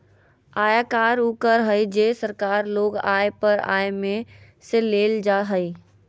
आयकर उ कर हइ जे सरकार लोग के आय पर आय में से लेल जा हइ